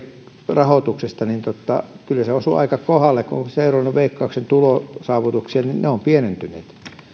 rahoituksesta kyllä osui aika kohdalle kun on seurannut veikkauksen tulosaavutuksia niin ne ovat pienentyneet